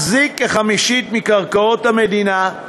מחזיק כחמישית מקרקעות המדינה,